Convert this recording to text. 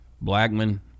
Blackman